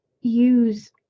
use